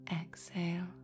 exhale